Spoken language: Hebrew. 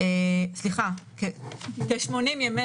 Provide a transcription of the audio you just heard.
פוגע בזכויות שלהם?